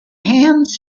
hands